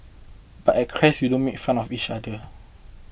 but at Crest we don't make fun of each other